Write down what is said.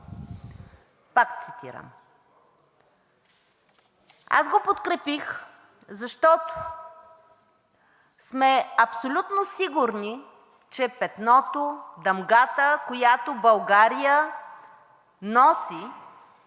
пак цитирам. Аз го подкрепих, защото сме абсолютно сигурни, че петното, дамгата, която България носи,